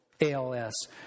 ALS